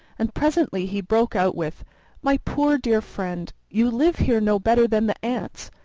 and presently he broke out with my poor dear friend, you live here no better than the ants.